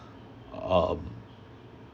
um